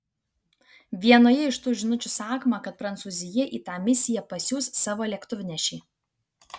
vienoje iš tų žinučių sakoma kad prancūzija į tą misiją pasiųs savo lėktuvnešį